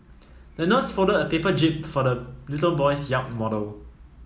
the nurse folded a paper jib for the little boy's yacht model